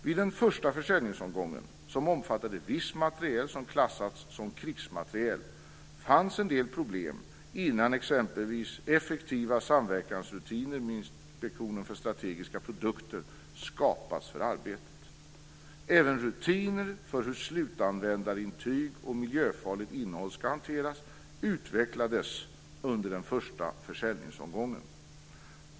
Vid den första försäljningsomgången, som omfattade viss materiel som klassas som krigsmateriel, fanns en del problem innan exempelvis effektiva samverkansrutiner med Institutionen för Strategiska Produkter skapats för arbetet. Även rutiner för hur slutanvändarintyg och miljöfarligt innehåll ska hanteras utvecklades under den första försäljningsomgången.